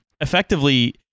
effectively